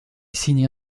signe